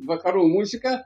vakarų muziką